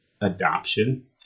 adoption